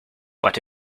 but